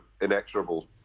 inexorable